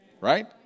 Right